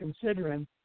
considering